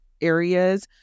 areas